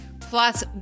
Plus